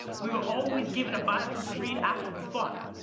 we were always given a bible to read after we fought.